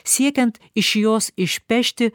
siekiant iš jos išpešti